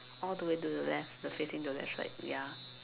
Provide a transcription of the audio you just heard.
all the way to the left the facing the left side ya